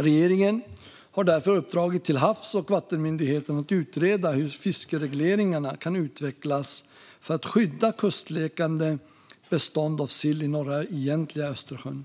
Regeringen har uppdragit till Havs och vattenmyndigheten att utreda hur fiskeregleringarna kan utvecklas för att skydda kustlekande bestånd av sill i norra Egentliga Östersjön.